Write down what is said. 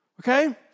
Okay